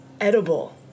edible